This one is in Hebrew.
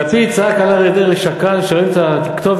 לפיד צעק על אריה דרעי "שקרן" כשרואים את הכתובת